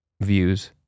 views